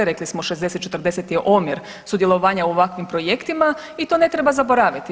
Rekli smo 60:40 je omjer sudjelovanja u ovakvim projektima i to ne treba zaboraviti.